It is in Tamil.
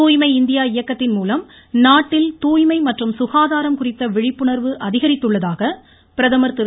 தூய்மை இந்தியா இயக்கத்தின்மூலம் நாட்டில் தூய்மை மற்றும் சுகாதாரம் குறித்த விழிப்புணர்வு அதிகரித்துள்ளதாக பிரதமர் திரு